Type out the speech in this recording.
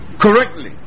Correctly